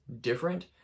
different